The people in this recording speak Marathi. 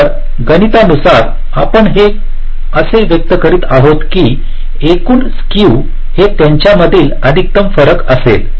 तर गणितानुसार आपण हे असे व्यक्त करीत आहोत की एकूण स्केव हे त्यांच्यामधील अधिकतम फरक असेल